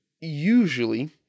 usually